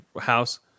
house